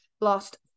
lost